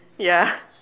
ya